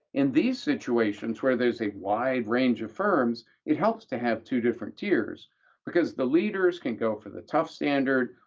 in these situations, where there's a wide range of firms, it helps to have two different tiers because the leaders can go for the tough standard.